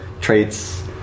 traits